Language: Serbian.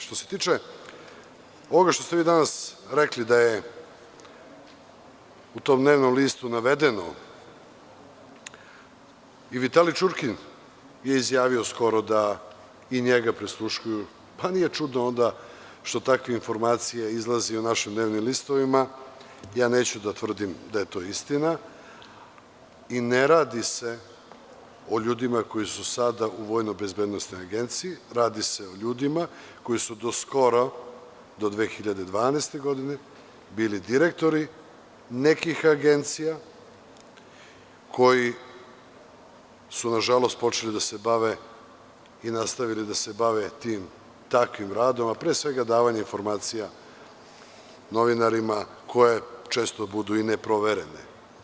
Što se tiče ovoga što ste vi danas rekli da je u tom dnevnom listu navedeno i Vitali Čurkin je izjavio skoro da i njega prisluškuju, pa nije čudno onda što takve informacije izlaze i u našim dnevnim listovima, ja neću da tvrdim da je to istina, i ne radi se o ljudima koji su sada u VBA, radi se o ljudima koji su do skoro, do 2012. godine bili direktori nekih agencija koji su nažalost počeli da se bave i nastavili da se bave tim takvim radom, a pre svega davanje informacija novinarima koje često budu i neproverene.